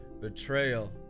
betrayal